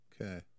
Okay